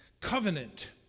Covenant